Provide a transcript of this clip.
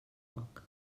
poc